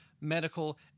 medical